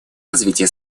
развитие